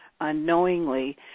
unknowingly